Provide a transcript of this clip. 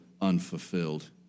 unfulfilled